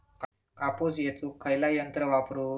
कापूस येचुक खयला यंत्र वापरू?